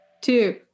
two